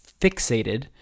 fixated